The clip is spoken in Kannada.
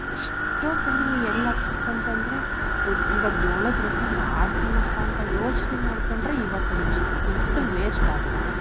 ಎಷ್ಟೊ ಸಲಿ ಹೆಂಗಾಗಿತ್ತು ಅಂತಂದರೆ ಇವಾಗ ಜೋಳದ ರೊಟ್ಟಿ ಮಾಡ್ತಿನಪ್ಪ ಅಂತ ಯೋಚನೆ ಮಾಡ್ಕಂಡರೆ ಇವತ್ತೊಂದಿಷ್ಟು ಹಿಟ್ಟು ವೇಸ್ಟ್ ಆಗುತ್ತೆ ಅಂತ